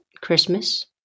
Christmas